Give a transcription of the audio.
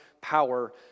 power